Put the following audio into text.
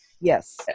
yes